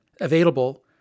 available